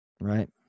Right